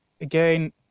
again